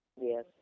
Yes